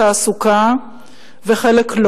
תעסוקה וחלק,